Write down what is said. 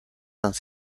dans